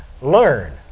learn